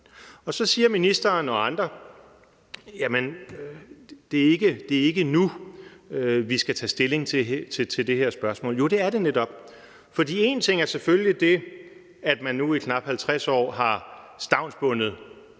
sig. Så siger ministeren og andre, at det ikke er nu, vi skal tage stilling til det her spørgsmål. Jo, det er det netop, for en ting er selvfølgelig, at man nu i knap 50 år har stavnsbundet